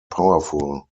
powerful